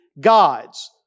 gods